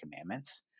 Commandments